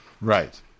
Right